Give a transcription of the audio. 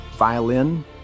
violin